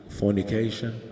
fornication